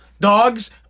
Dogs